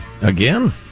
again